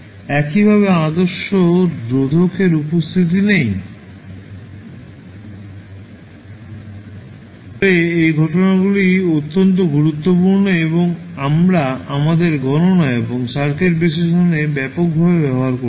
একইভাবে আদর্শ রোধকের উপস্থিতি নেই তবে এই ঘটনাগুলি অত্যন্ত গুরুত্বপূর্ণ এবং আমরা আমাদের গণনা এবং সার্কিট বিশ্লেষণে ব্যাপকভাবে ব্যবহার করেছি